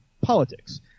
politics